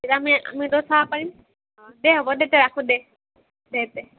তেতিয়া আমি আমি দুয়ো চাব পাৰিম অ দে হ'ব দে এতিয়া ৰাখোঁ দে দে দে